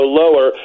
lower